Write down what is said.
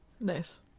nice